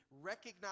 recognize